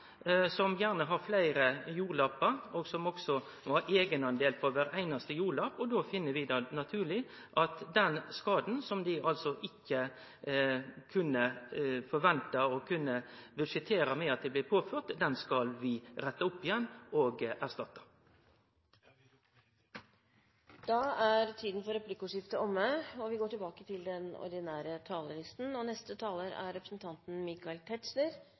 som gjerne har fleire jordlappar, og som må ha eigenandel på kvar einaste jordlapp. Då finn vi det naturleg at den skaden som dei ikkje hadde forventa og budsjettert med at dei skulle bli påførte, skal vi rette opp igjen og erstatte. Replikkordskiftet er omme. Jeg synes å merke at en underliggende forskjell mellom regjeringen og de borgerliges alternative tilnærming i kommunesektoren rett og slett er